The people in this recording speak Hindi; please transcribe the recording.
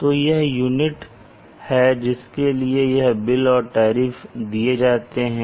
तो यह यूनिट हैं जिनके लिए यह बिल और टैरिफ दिए जाते हैं